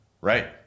Right